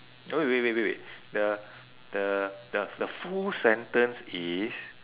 no wait wait wait wait wait the the the the full sentence is